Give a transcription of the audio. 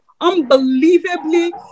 unbelievably